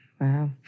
Wow